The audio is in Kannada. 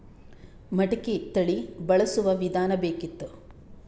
ಮಟಕಿ ತಳಿ ಬಳಸುವ ವಿಧಾನ ಬೇಕಿತ್ತು?